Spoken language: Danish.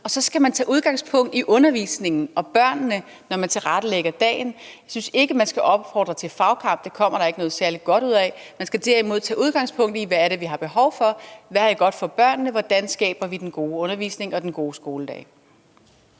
og så skal man tage udgangspunkt i undervisningen og børnene, når man tilrettelægger dagen. Jeg synes ikke, at man skal opfordre til fagkamp, det kommer der ikke noget særlig godt ud af. Man skal derimod tage udgangspunkt i, hvad det er, vi har behov for. Hvad er godt for børnene? Hvordan skaber vi den gode undervisning og den gode skoledag?